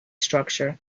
structure